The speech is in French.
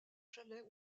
chalets